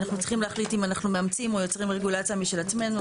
אנחנו צריכים להחליט אם אנחנו מאמצים או יוצרים רגולציה משל עצמנו.